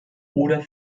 oder